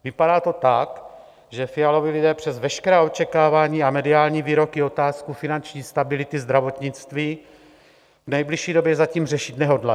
Vypadá to tak, že Fialovi lidé přes veškerá očekávání a mediální výroky otázku finanční stability zdravotnictví v nejbližší době zatím řešit nehodlají.